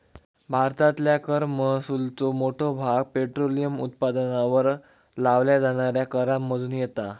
भारतातल्या कर महसुलाचो मोठो भाग पेट्रोलियम उत्पादनांवर लावल्या जाणाऱ्या करांमधुन येता